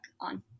on